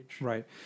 Right